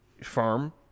Firm